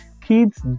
Kids